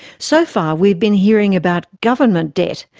so far we've been hearing about government debt,